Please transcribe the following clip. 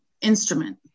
Instrument